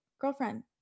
girlfriend